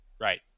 Right